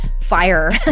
fire